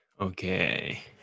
Okay